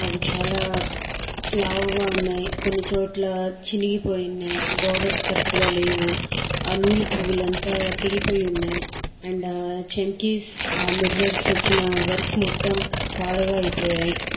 అవి చాలా లావుగా ఉన్నాయి కొన్ని చోట్ల చినిగిపోయి ఉన్నాయి బోర్డర్స్ కరెక్ట్ గా లేవు ఆ నూల్ పోగులంతా తెగిపోయి ఉన్నాయి అండ్ ఆ చమ్కీస్ ఆ మిర్రర్స్ వచ్చిన వర్క్ మొత్తం పాడుగా అయిపోయాయి